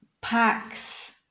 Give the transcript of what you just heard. packs